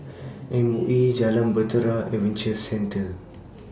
M O E Jalan Bahtera Adventure Centre